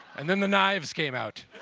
and then the knives came out,